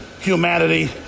humanity